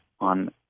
on